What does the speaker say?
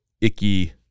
icky